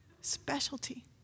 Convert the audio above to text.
specialty